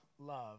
love